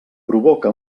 provoca